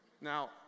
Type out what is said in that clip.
Now